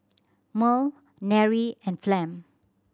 Merl Nery and Flem